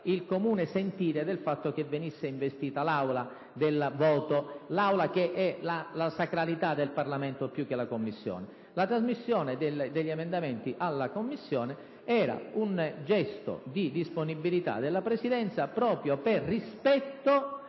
il comune sentire del fatto che l'Aula venisse investita del voto: l'Aula, che è l'espressione della sacralità del Parlamento, più che la Commissione. La trasmissione degli emendamenti alla Commissione era un gesto di disponibilità della Presidenza, proprio per rispetto